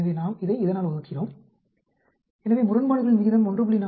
எனவே நாம் இதை இதனால் வகுக்கிறோம் எனவே முரண்பாடுகளின் விகிதம் 1